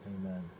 amen